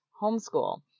homeschool